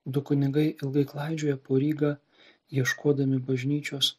du kunigai ilgai klaidžioja po rygą ieškodami bažnyčios